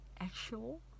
actual